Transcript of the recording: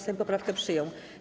Sejm poprawkę przyjął.